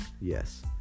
yes